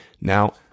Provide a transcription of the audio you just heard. Now